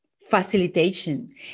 facilitation